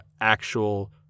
actual